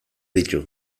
ditu